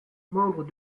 membre